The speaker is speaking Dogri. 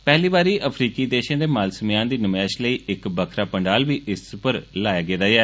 पैहली बारी अफ्रीकी देषें दे माल समेयान दी नमैष लेई इक बक्खरा पंडाल लाया गेदा ऐ